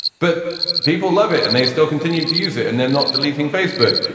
but people love it and they still continued to use it. and they're not deleting facebook.